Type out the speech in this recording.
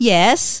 Yes